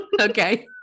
Okay